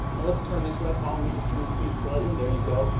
now let's turn this way. follow me. just turn your feet slightly. there you go.